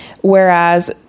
Whereas